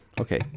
okay